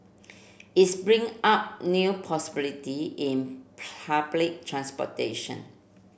its bring up new possibility in public transportation